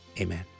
Amen